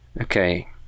Okay